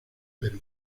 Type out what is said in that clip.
perú